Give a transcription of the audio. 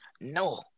No